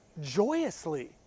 joyously